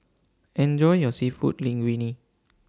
Enjoy your Seafood Linguine